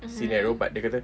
scenario but dia kata